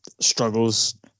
struggles